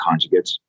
conjugates